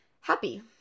happy